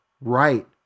right